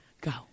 Go